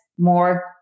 more